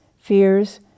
fears